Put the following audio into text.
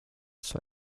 zur